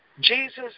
Jesus